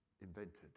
invented